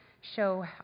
show